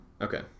Okay